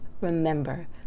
remember